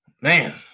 Man